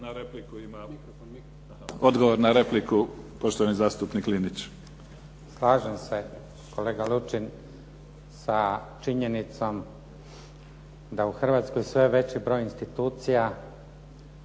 Hvala lijepa. Odgovor na repliku poštovani zastupnik Linić. **Linić, Slavko (SDP)** Slažem se kolega Lučin sa činjenicom da u Hrvatskoj sve veći broj institucija